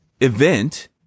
event